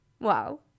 Wow